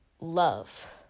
Love